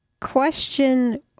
Question